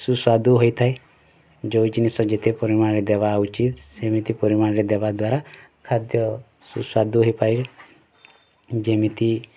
ସୁସ୍ୱାଦୁ ହୋଇଥାଏ ଯେଉଁ ଜିନିଷ ଯେତେ ପରିମାଣରେ ଦେବା ଉଚିତ ସେମିତି ପରିମାଣରେ ଦେବାଦ୍ଵାରା ଖାଦ୍ୟ ସୁସ୍ୱାଦୁ ହେଇପାରେ ଯେମିତି